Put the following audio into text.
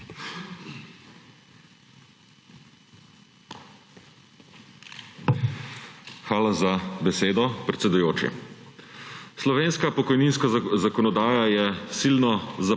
Hvala za besedo, predsedujoči. Slovenska pokojninska zakonodaja je silno zapletena.